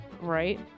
Right